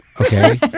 okay